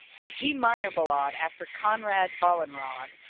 the g minor ballade after konrad wallenrod,